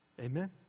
Amen